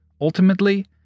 ultimately